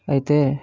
అయితే